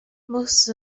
most